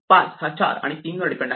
5 हा 4 आणि 3 वर डिपेंड आहे